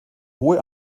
hohe